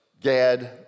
Gad